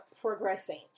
progressing